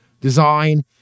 design